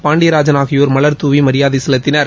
பாண்டியராஜன் ஆகியோர் மலர்தூவி மரியாதை செலுத்தினர்